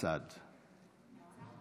כבוד היושב-ראש,